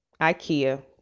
Ikea